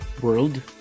world